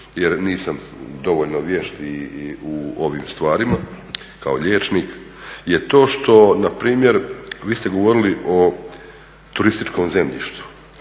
jer nisam dovoljno vješt u ovim stvarima kao liječnik, je to što npr. vi ste govorili o turističkom zemljištu